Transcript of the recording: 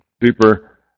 deeper